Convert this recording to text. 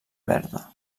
verda